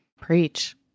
Preach